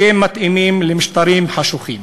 שמתאימים למשטרים חשוכים.